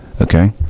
okay